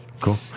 Cool